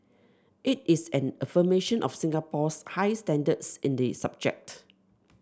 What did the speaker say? it is an affirmation of Singapore's high standards in the subject